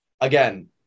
again –